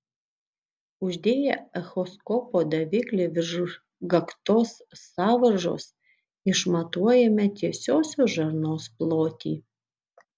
uždėję echoskopo daviklį virš gaktos sąvaržos išmatuojame tiesiosios žarnos plotį